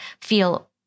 feel